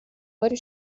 باری